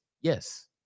yes